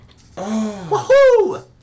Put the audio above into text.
Woohoo